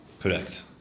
Correct